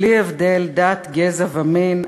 בלי הבדל דת, גזע ומין.